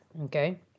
Okay